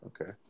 Okay